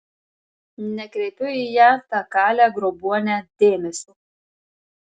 nekreipiu į ją tą kalę grobuonę dėmesio